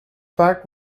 fact